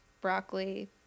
broccoli